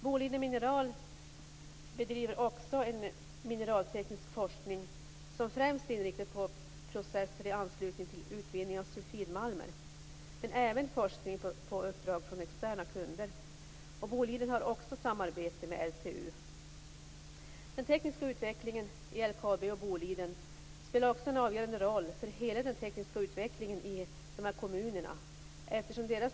Boliden Mineral bedriver en mineralteknisk forskning som främst är inriktad på processer i anslutning till utvinning av sulfidmalmer men även forskning på uppdrag från externa kunder. Boliden samarbetar också med LTU. Den tekniska utvecklingen i LKAB och Boliden spelar också en avgörande roll för hela den tekniska utvecklingen i dessa kommuner.